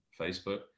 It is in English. Facebook